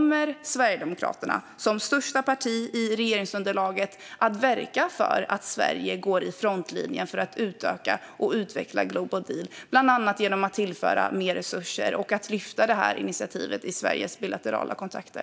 Kommer Sverigedemokraterna som största parti i regeringsunderlaget att verka för att Sverige går i frontlinjen för att utöka och utveckla Global Deal, bland annat genom att tillföra mer resurser och lyfta initiativet i Sveriges bilaterala kontakter?